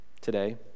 today